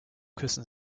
küssen